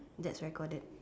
that's recorded